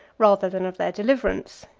rather than of their deliverance,